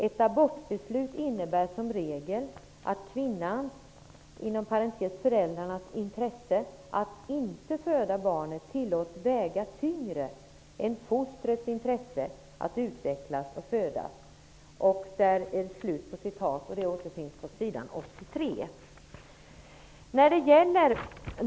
Ett abortbeslut innebär som regel att kvinnans intresse att inte föda barnet tillåts väga tyngre än fostrets intresse att utvecklas och födas.''